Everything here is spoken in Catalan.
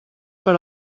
per